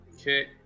Okay